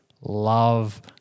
love